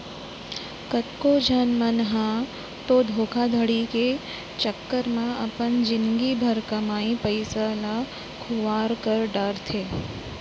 कतको झन मन ह तो धोखाघड़ी के चक्कर म अपन जिनगी भर कमाए पइसा ल खुवार कर डारथे